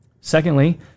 Secondly